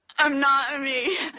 i'm not me.